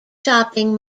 shopping